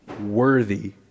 worthy